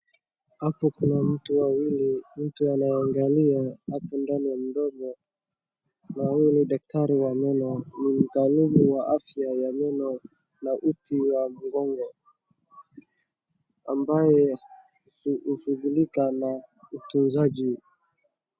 Hapo kuna mtu wawili. Mtu anayeangalia hapo ndani ya mdomo na huyu ni daktari wa meno. Ni mtaalamu wa afya ya meno na uti wa mgongo ambayo hushughulika na utunzaji